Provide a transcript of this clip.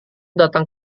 datang